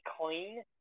clean